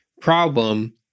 problem